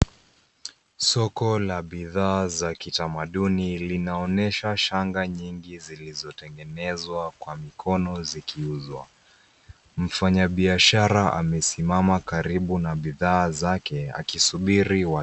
Soko la bidhaa za kitamaduni linaonyesha shanga nyingi zilizotengenezwa kwa mikono zikiuzwa. Mfanyabiashara amesimama karibu na bidhaa zake akisubiri wateja.